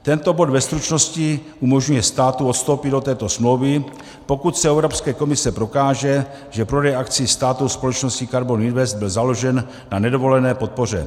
Tento bod, ve stručnosti, umožňuje státu odstoupit od této smlouvy, pokud se u Evropské komise prokáže, že prodej akcií státu společností KARBON INVEST byl založen na nedovolené podpoře.